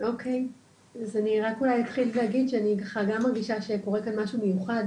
רק אולי אתחיל להגיד שאני גם מרגישה שקורה כאן משהו מיוחד